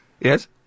Yes